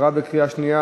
אושרה בקריאה שנייה.